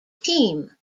team